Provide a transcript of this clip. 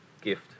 gift